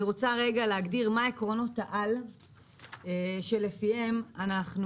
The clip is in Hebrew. אני רוצה רגע להגדיר מה עקרונות העל שלפיהם אנחנו